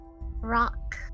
rock